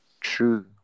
True